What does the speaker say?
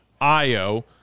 IO